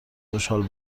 خوشحال